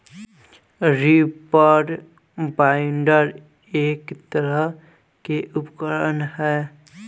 reaper binder एक तरह के उपकरण ह